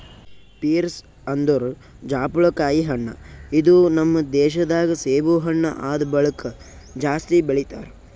pears ಅಂದುರ್ ಜಾಪುಳಕಾಯಿ ಹಣ್ಣ ಇದು ನಮ್ ದೇಶ ದಾಗ್ ಸೇಬು ಹಣ್ಣ ಆದ್ ಬಳಕ್ ಜಾಸ್ತಿ ಬೆಳಿತಾರ್